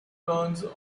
turns